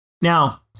Now